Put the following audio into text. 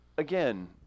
Again